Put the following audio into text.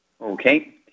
Okay